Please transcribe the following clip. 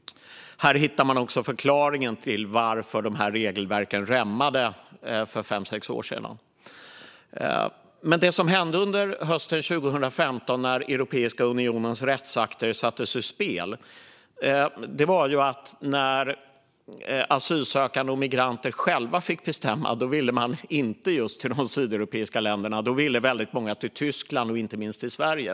Här hittar man också förklaringen till att dessa regelverk rämnade för fem sex år sedan. Det som hände hösten 2015 när Europeiska unionens rättsakter sattes ur spel var att när asylsökande och migranter själva fick bestämma ville de inte komma till de sydeuropeiska länderna, utan väldigt många ville komma till Tyskland och inte minst Sverige.